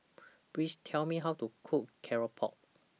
Please Tell Me How to Cook Keropok